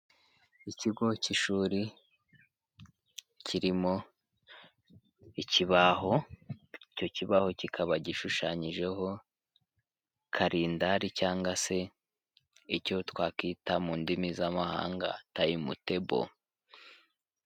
Ikigo cy'ishuri kirimo ikibaho, icyo kibaho kikaba gishushanyijeho karindari cyangwa se icyo twakita mu ndimi z'amahanga timetable.